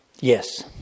yes